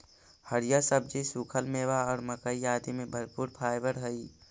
हरिअर सब्जि, सूखल मेवा और मक्कइ आदि में भरपूर फाइवर हई